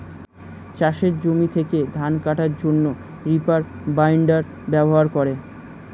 চাষের জমি থেকে ধান কাটার জন্যে রিপার বাইন্ডার ব্যবহার করে